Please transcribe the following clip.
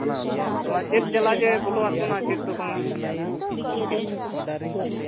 ᱪᱮᱫ ᱡᱟᱞᱟ ᱡᱮ ᱵᱚᱞᱚᱣᱟᱜ ᱵᱚᱱᱟ ᱪᱮᱫ ᱫᱚ ᱵᱟᱝᱟ ᱢᱩᱥᱠᱤᱞ ᱜᱮ